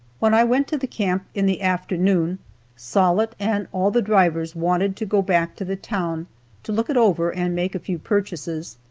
when i went to the camp in the afternoon sollitt and all the drivers wanted to go back to the town to look it over and make a few purchases.